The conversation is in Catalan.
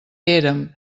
érem